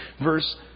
verse